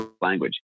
language